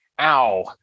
ow